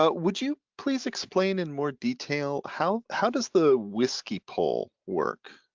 ah would you please explain in more detail how how does the whiskey pull work?